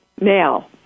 Now